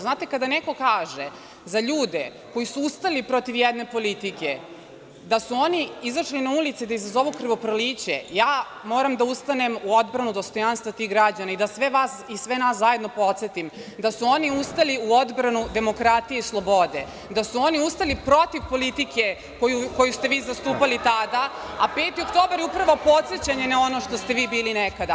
Znate, kada neko kaže za ljude koji su ustali protiv jedne politike da su oni izašli na ulice da izazovu krvoproliće, ja moram da ustanem u odbranu dostojanstva tih građana i da sve vas i sve nas podsetim da su oni ustali u odbranu demokratije i slobode, da su oni ustali protiv politike koju ste vi zastupali tada, a 5. oktobar je upravo podsećanje na ono što ste vi bili nekada.